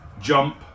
jump